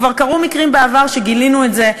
כבר קרו מקרים בעבר שגילינו את זה,